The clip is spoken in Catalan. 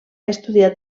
estudiat